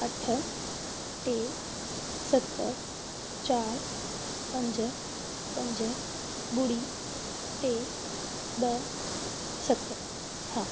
अठ टे सत चारि पंज पंज ॿुड़ी टे ॿ सत हा